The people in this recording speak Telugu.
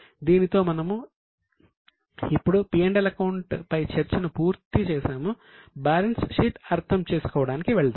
దీనితో మనము ఇప్పుడు P L అకౌంట్ పై చర్చను పూర్తి చేసాము బ్యాలెన్స్ షీట్ అర్థం చేసుకోవడానికి వెళ్దాం